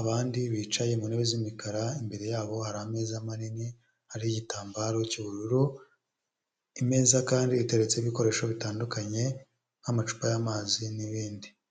abandi bicaye mu ntebe z'imikara, imbere ya bo hari ameza manini, hari igitambaro cy'ubururu; imeza kandi iteretseho ibikoresho bitandukanye nk'amacupa y'amazi n'ibindi.